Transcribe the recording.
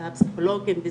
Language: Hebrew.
זה הפסיכולוגים,